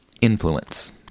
influence